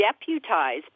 deputize